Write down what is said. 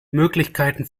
möglichkeiten